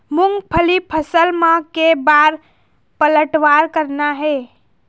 मूंगफली फसल म के बार पलटवार करना हे?